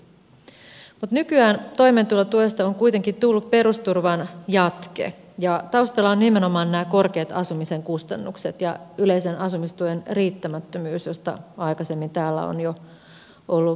mutta nykyään toimeentulotuesta on kuitenkin tullut perusturvan jatke ja taustalla ovat nimenomaan nämä korkeat asumisen kustannukset ja yleisen asumistuen riittämättömyys josta aikaisemmin täällä on jo ollut puhetta